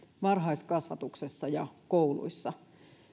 varhaiskasvatuksessa ja kouluissa